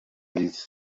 these